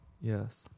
Yes